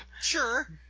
Sure